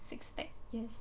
six pack yes